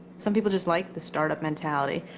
some people just like the start-up mentality.